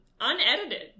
unedited